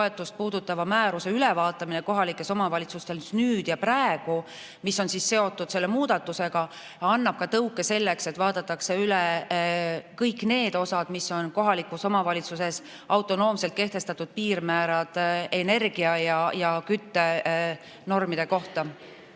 puudutava määruse ülevaatamine kohalikes omavalitsustes, mis on seotud selle muudatusega, annab tõuke selleks, et vaadatakse üle kõik need piirmäärad, mis on kohalikus omavalitsuses autonoomselt kehtestatud energia- ja küttenormide kohta.